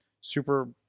super